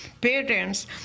parents